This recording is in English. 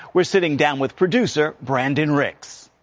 we're sitting down with producer brandon ricks.